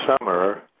summer